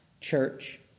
church